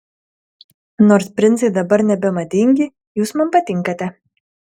nors princai dabar nebemadingi jūs man patinkate